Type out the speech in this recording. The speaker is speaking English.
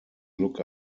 look